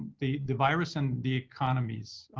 the the virus and the economies.